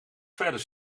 verder